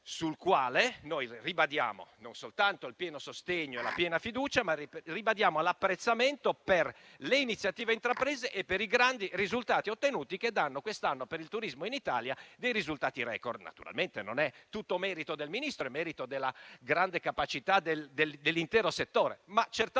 sul quale noi ribadiamo non soltanto il pieno sostegno e la piena fiducia, ma anche l'apprezzamento per le iniziative intraprese e per i grandi risultati ottenuti che danno quest'anno per il turismo in Italia dei risultati *record*. Naturalmente non è tutto merito del Ministro, ma lo è anche della grande capacità dell'intero settore. I risultati,